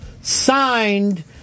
signed